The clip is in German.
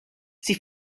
sie